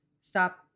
Stop